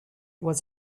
was